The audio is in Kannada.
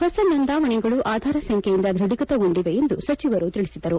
ಹೊಸ ನೋಂದಾವಣಿಗಳು ಆಧಾರ್ ಸಂಖ್ಣೆಯಿಂದ ದೃಢೀಕೃತಗೊಂಡಿವೆ ಎಂದು ಸಚಿವರು ತಿಳಿಸಿದರು